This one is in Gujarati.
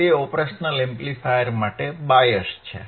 તે ઓપરેશનલ એમ્પ્લીફાયર માટે બાયસ છે